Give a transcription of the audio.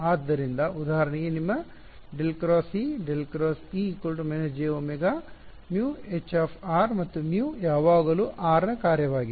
ಆದ್ದರಿಂದ ಉದಾಹರಣೆಗೆ ನಿಮ್ಮ ∇× E ∇× E − jωμH ಮತ್ತು μ ಯಾವಾಗಲೂ r ನ ಕಾರ್ಯವಾಗಿದೆ